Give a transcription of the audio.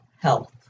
health